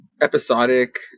Episodic